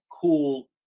cool